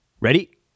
ready